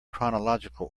chronological